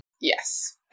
Yes